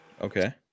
Okay